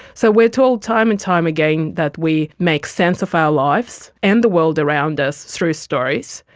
so we are told time and time again that we make sense of our lives and the world around us through stories,